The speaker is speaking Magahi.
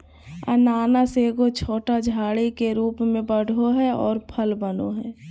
अनानास एगो छोटा झाड़ी के रूप में बढ़ो हइ और फल बनो हइ